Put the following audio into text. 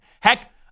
Heck